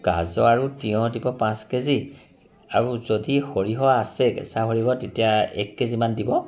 গাজৰ আৰু তিঁয়হ দিব পাঁচ কে জি আৰু যদি সৰিয়হ আছে কেঁচা সৰিহ তেতিয়া এক কেজিমান দিব